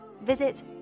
Visit